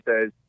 says